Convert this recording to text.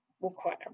require